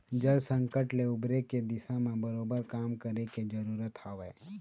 जल संकट ले उबरे के दिशा म बरोबर काम करे के जरुरत हवय